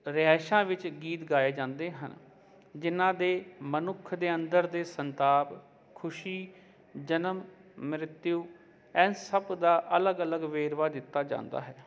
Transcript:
ਰਿਹਾਇਸ਼ਾਂ ਵਿੱਚ ਗੀਤ ਗਾਏ ਜਾਂਦੇ ਹਨ ਜਿਨ੍ਹਾਂ ਦੇ ਮਨੁੱਖ ਦੇ ਅੰਦਰ ਦੇ ਸੰਤਾਪ ਖੁਸ਼ੀ ਜਨਮ ਮ੍ਰਿਤਿਯੂ ਇਹ ਸਭ ਦਾ ਅਲੱਗ ਅਲੱਗ ਵੇਰਵਾ ਦਿੱਤਾ ਜਾਂਦਾ ਹੈ